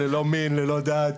ללא מין וללא דת,